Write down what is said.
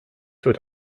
would